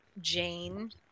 Jane